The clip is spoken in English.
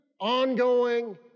ongoing